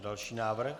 Další návrh.